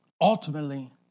ultimately